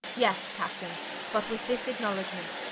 yes captaine but with this acknowledgement,